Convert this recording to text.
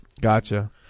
Gotcha